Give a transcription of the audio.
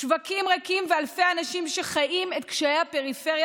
שווקים ריקים ואלפי אנשים שחיים את קשיי הפריפריה